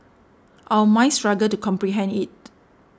our minds struggle to comprehend it